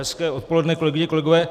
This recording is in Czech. Hezké odpoledne, kolegyně, kolegové.